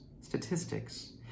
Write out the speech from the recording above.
statistics